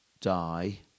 die